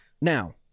Now